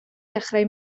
dechrau